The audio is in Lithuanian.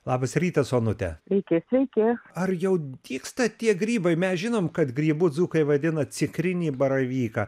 labas rytas onute likę sveiki ar jau dygsta tie grybai mes žinome kad grybų dzūkai vadina tikrinį baravyką